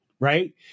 right